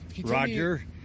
Roger